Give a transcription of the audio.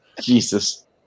Jesus